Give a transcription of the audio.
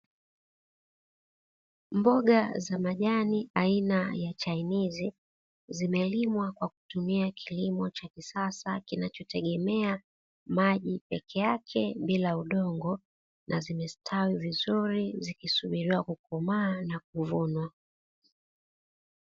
Mboga za majani aina ya chainizi zimelimwa kwa kutumia kilimo cha kisasa kinachotegemea maji peke yake bila udongo, na zimestawi vizuri zikisubilia kukomaa na kuvunwa.